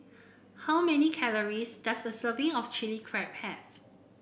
how many calories does a serving of Chili Crab have